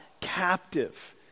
captive